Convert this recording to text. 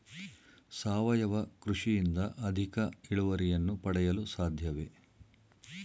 ಸಾವಯವ ಕೃಷಿಯಿಂದ ಅಧಿಕ ಇಳುವರಿಯನ್ನು ಪಡೆಯಲು ಸಾಧ್ಯವೇ?